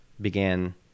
began